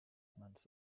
months